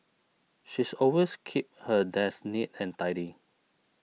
she's always keeps her desk neat and tidy